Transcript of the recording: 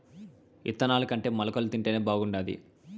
ఇత్తనాలుకంటే మొలకలు తింటేనే బాగుండాది